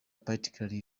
particularly